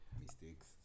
Mistakes